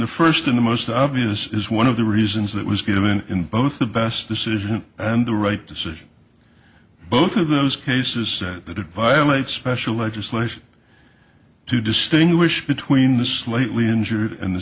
the first and the most obvious is one of the reasons that was given in both the best decision and the right decision both of those cases that violate special legislation to distinguish between the slightly injured and the